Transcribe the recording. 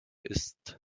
ist